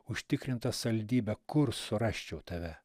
užtikrinta saldybė kur surasčiau tave